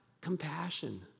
compassion